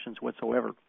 whatsoever